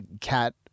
cat